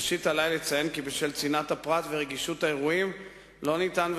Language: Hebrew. ראשית עלי לציין כי בשל צנעת הפרט ורגישות האירועים אין אפשרות